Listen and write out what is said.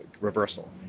reversal